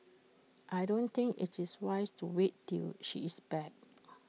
I don't think IT is wise to wait till she is back